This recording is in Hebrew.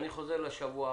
תודה.